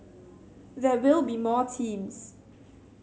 there will be more teams